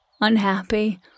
unhappy